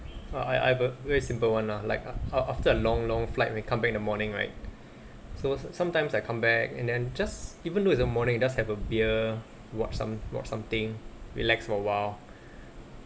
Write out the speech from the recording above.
I I I have a very simple [one] lah like uh uh after long long flight when I come back in the morning right so sometimes I come back and then just even though it's a morning just have a beer watch some watch something relax for a while